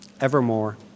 evermore